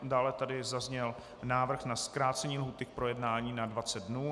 Dále tady zazněl návrh na zkrácení lhůty k projednání na 20 dnů.